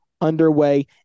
underway